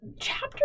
Chapter